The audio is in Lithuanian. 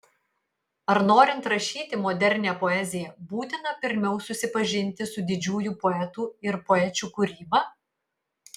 ar norint rašyti modernią poeziją būtina pirmiau susipažinti su didžiųjų poetų ir poečių kūryba